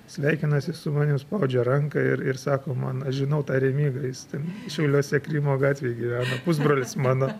sveikinasi su manim spaudžia ranką ir ir sako man aš žinau tą remygą jis ten šiauliuose krymo gatvėj gyvena pusbrolis mano